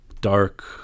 dark